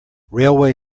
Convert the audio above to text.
railway